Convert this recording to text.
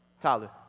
Tyler